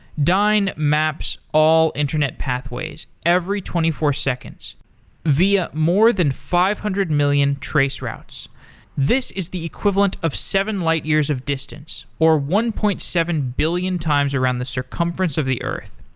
dyn maps all internet pathways every twenty four seconds via more than five hundred million traceroutes. this is the equivalent of seven light years of distance, or one point seven billion times around the circumference of the earth.